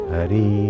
Hari